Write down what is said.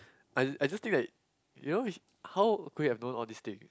I I just think that you know he how could he have known all these thing